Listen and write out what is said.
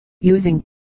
using